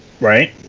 right